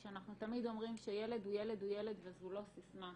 כשאנחנו תמיד אומרים שילד הוא ילד הוא ילד וזו לא סיסמה.